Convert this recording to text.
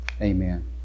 Amen